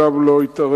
2. מדוע מג"ב לא התערב?